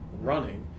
running